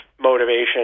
motivation